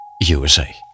USA